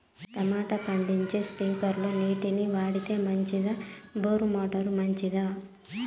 Tomato పండించేకి స్ప్రింక్లర్లు నీళ్ళ ని వాడితే మంచిదా బోరు మోటారు మంచిదా?